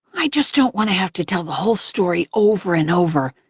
i just don't want to have to tell the whole story over and over,